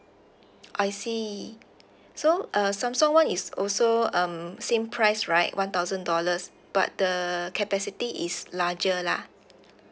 I see so uh samsung [one] is also um same price right one thousand dollars but the capacity is larger lah